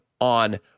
on